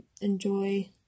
enjoy